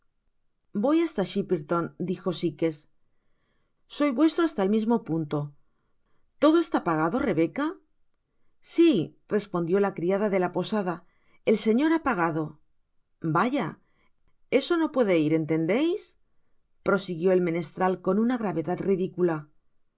voy hasta shepperton dijo sites soy vuestro hasta el mismo punto todo está pagado rebeca sirespondió la criada de la posada el señor ha pagado vaya eso no puede ir entendeis prosiguió el menestral con una gravedad ridicula